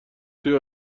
توی